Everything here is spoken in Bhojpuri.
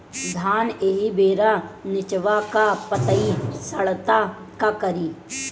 धान एही बेरा निचवा के पतयी सड़ता का करी?